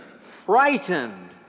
frightened